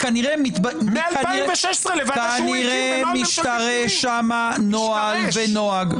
כנראה --- מ-2016 לוועדה שהוא הקים --- כנראה משתרש שם נוהל ונוהג.